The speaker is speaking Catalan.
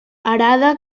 arada